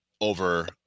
over